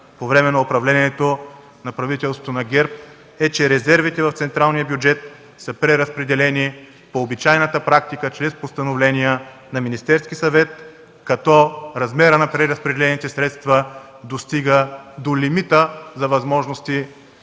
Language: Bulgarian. по време на управлението на правителството на ГЕРБ е, че резервите в централния бюджет са преразпределени по обичайната практика – чрез постановления на Министерския съвет, като размерът на преразпределените средства достига до лимита за възможности